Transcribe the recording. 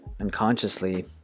Unconsciously